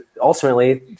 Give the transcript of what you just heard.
ultimately